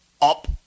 up